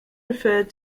referred